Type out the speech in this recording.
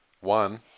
one